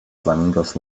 flamingos